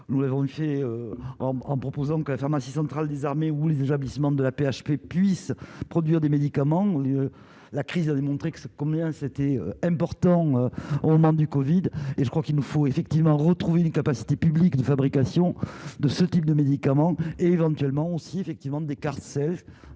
nous avons fait en proposant que la pharmacie centrale des armées ou les déjà glissement de l'AP-HP puisse produire des médicaments ont lieu la crise avait montré que ce combien c'était important au moment du Covid et je crois qu'il nous faut effectivement retrouver une capacité publique de fabrication de ce type de médicaments et éventuellement aussi effectivement des cartes Self,